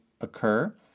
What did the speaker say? occur